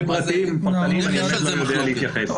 ועוד איך יש על זה מחלוקת.